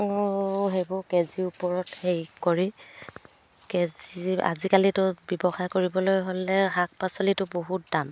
সেইবোৰ কেজিৰ ওপৰত হেৰি কৰি কেজি আজিকালিতো ব্যৱসায় কৰিবলৈ হ'লে শাক পাচলিতটো বহুত দাম